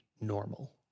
normal